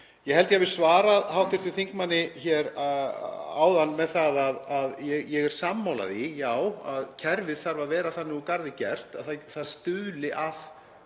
Ég held ég hafi svarað hv. þingmanni hér áðan með það að ég er sammála því, já, að kerfið þarf að vera þannig úr garði gert að það stuðli að